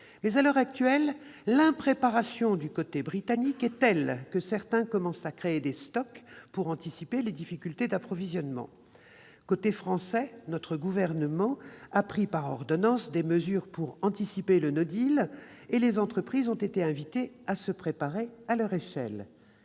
Mais, à l'heure actuelle, l'impréparation du côté britannique est telle que certains commencent à constituer des stocks pour anticiper les difficultés d'approvisionnement. Côté français, notre gouvernement a pris par ordonnances des mesures pour anticiper le et les entreprises ont été invitées à se préparer à leur échelle.